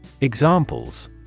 Examples